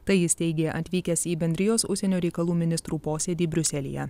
tai jis teigė atvykęs į bendrijos užsienio reikalų ministrų posėdį briuselyje